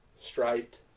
striped